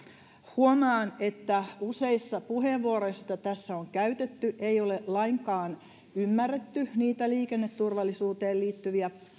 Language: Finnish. huomaan että useissa puheenvuoroissa joita tässä on käytetty ei ole lainkaan ymmärretty niitä liikenneturvallisuuteen liittyviä